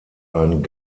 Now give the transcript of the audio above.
ein